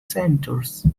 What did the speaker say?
centres